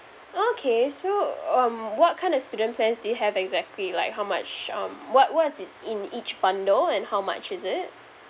okay so um what kind of student plans do you have exactly like how much um what what is in each bundle and how much is it